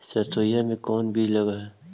सरसोई मे कोन बीज लग रहेउ?